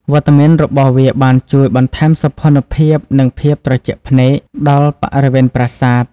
វត្តមានរបស់វាបានជួយ បន្ថែមសោភ័ណភាព និងភាពត្រជាក់ភ្នែក ដល់បរិវេណប្រាសាទ។